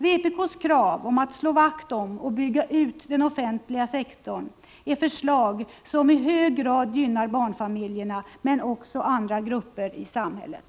Vpk:s krav på att man skall slå vakt om och bygga ut den offentliga sektorn är förslag som i hög grad gynnar barnfamiljerna, men också andra grupper i samhället.